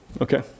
Okay